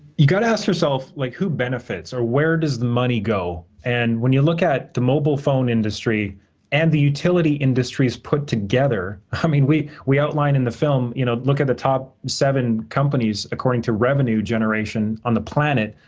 you got to ask yourself, like who benefits? or, where does money go? and when you look at the mobile phone industry and the utility industries put together, i mean, we we outline in the film, you know look at the top seven companies, according to revenue generation, on the planet,